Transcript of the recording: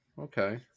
okay